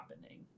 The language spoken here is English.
happening